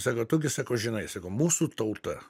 sako tu gi sako žinai sako mūsų tauta